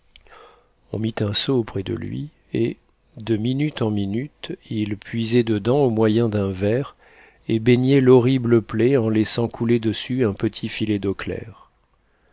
on mit un seau auprès de lui et de minute en minute il puisait dedans au moyen d'un verre et baignait l'horrible plaie en laissant couler dessus un petit filet d'eau claire